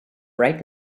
right